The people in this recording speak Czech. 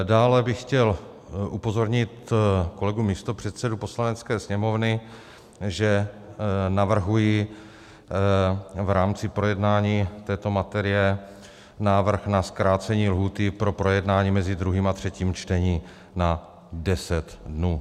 Dále bych chtěl upozornit kolegu místopředsedu Poslanecké sněmovny, že navrhuji v rámci projednání této materie návrh na zkrácení lhůty pro projednání mezi druhým a třetím čtením na 10 dnů.